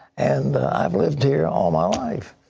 and i have lived here all my life.